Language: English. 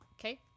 Okay